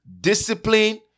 Discipline